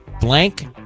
blank